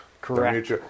Correct